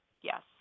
Yes